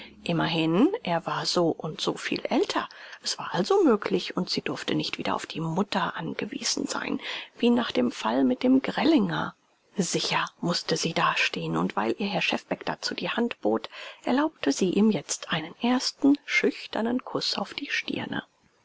immerhin er war so und so viel älter es war also möglich und sie durfte nicht wieder auf die mutter angewiesen sein wie nach dem fall mit dem grellinger sicher mußte sie dastehen und weil ihr herr schefbeck dazu die hand bot erlaubte sie ihm jetzt einen ersten schüchternen kuß auf die stirne